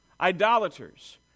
idolaters